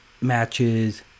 matches